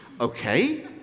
Okay